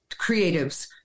creatives